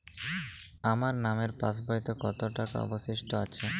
আমার নামের পাসবইতে কত টাকা অবশিষ্ট আছে?